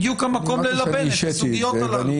וועדת המשנה היא בדיוק המקום ללבן את הסוגיות הללו.